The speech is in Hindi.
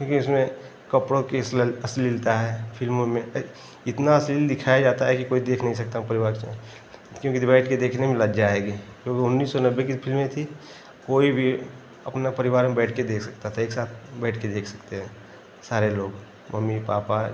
क्योंकि उसमें कपड़ों की अश्लील अश्लीलता है फिल्मों में इतना दिखाया जाता है कि कोई देख नहीं सकता परिवार के संग क्योंकि तो बैठ कर देखने में लज्जा आएगी क्योंकि उन्नीस सौ नब्बे की फिल्में थी कोई वी अपना परिवार में बैठ कर देख सकता था एक साथ बैठ कर देख सकते हैं सारे लोग मम्मी पापा